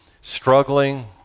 struggling